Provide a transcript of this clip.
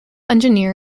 engineer